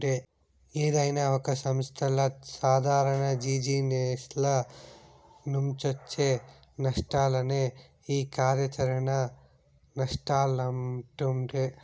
ఏదైనా ఒక సంస్థల సాదారణ జిజినెస్ల నుంచొచ్చే నష్టాలనే ఈ కార్యాచరణ నష్టాలంటుండె